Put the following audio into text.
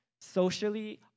socially